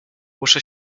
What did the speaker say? muszę